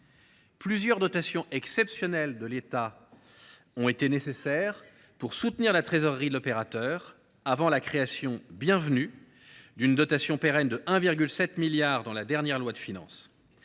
Plusieurs dotations exceptionnelles de l’État ont été nécessaires pour soutenir la trésorerie de l’opérateur, avant la création bienvenue d’une dotation pérenne de 1,7 milliard d’euros dans la dernière loi de finances.